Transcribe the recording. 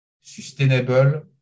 sustainable